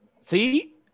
See